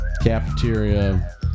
cafeteria